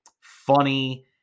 funny